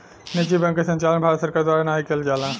निजी बैंक क संचालन भारत सरकार द्वारा नाहीं किहल जाला